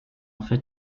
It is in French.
fait